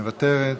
מוותרת,